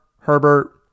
Herbert